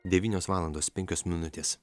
devynios valandos penkios minutės